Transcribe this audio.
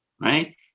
Right